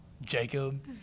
Jacob